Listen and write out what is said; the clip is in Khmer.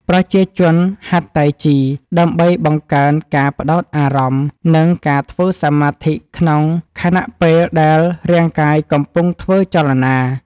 ប្រជាជនហាត់តៃជីដើម្បីបង្កើនការផ្ដោតអារម្មណ៍ និងការធ្វើសមាធិក្នុងខណៈពេលដែលរាងកាយកំពុងធ្វើចលនា។